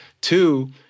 Two